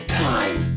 time